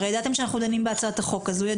הרי ידעתם שאנחנו דנים בהצעת החוק הזו,